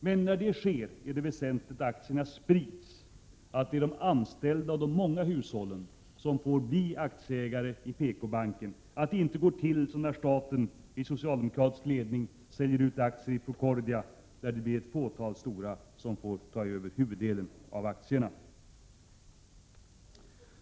Men när det sker är det väsentligt att aktierna sprids, att det är de anställda och de många hushållen som får bli aktieägare i PKbanken, att det inte går till som när staten under socialdemokratisk ledning säljer ut aktier i Procordia, där det blir ett fåtal stora som får ta över huvuddelen av aktierna.